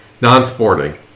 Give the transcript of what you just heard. Non-sporting